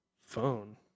phone